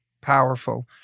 powerful